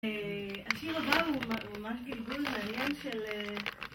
השיר הבא הוא ממש גלגול מעניין של...